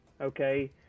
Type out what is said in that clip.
okay